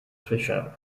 fisher